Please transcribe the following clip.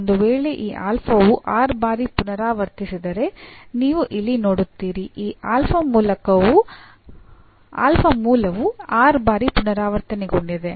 ಒಂದು ವೇಳೆ ಈ ವು r ಬಾರಿ ಪುನರಾವರ್ತಿಸಿದರೆ ನೀವು ಇಲ್ಲಿ ನೋಡುತ್ತೀರಿ ಈ ಮೂಲವು r ಬಾರಿ ಪುನರಾವರ್ತನೆಗೊಂಡಿದೆ